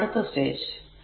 ഇനി അടുത്ത സ്റ്റേജ്